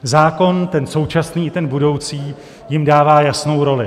Zákon, ten současný i ten budoucí, jim dává jasnou roli.